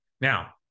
Now